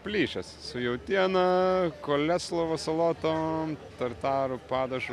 plyšęs su jautiena koleslovo salotom tartaru padažo